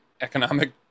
economic